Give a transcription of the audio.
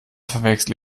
verwechsle